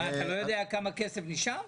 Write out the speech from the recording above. אתה לא יודע כמה כסף נשאר?